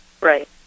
Right